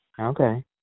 Okay